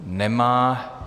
Nemá.